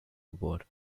geburt